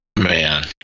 Man